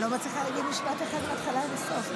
חבר הכנסת כהנא, קריאה ראשונה.